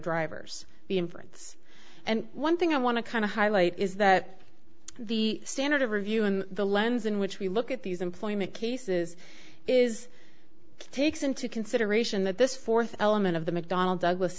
drivers the inference and one thing i want to kind of highlight is that the standard of review in the lens in which we look at these employment cases is takes into consideration that this fourth element of the mcdonnell douglas